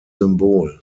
symbol